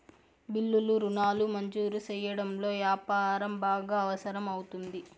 బిల్లులు రుణాలు మంజూరు సెయ్యడంలో యాపారం బాగా అవసరం అవుతుంది